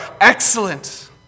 excellent